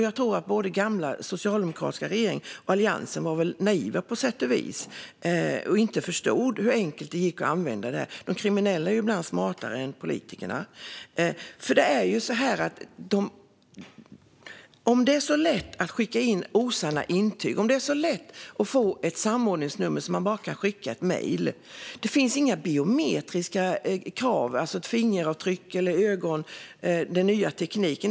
Jag tror att både den gamla socialdemokratiska regeringen och Alliansen på sätt och vis var naiva och inte förstod hur enkelt det gick att utnyttja detta. De kriminella är ibland smartare än politikerna. Det är så lätt att skicka in osanna intyg och att få ett samordningsnummer genom att bara skicka ett mejl. Det finns inga biometriska krav, alltså krav på fingeravtryck, ögonavläsning eller något annat som man kan göra med den nya tekniken.